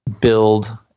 build